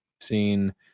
seen